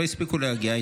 לא הספיקו להגיע.